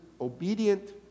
obedient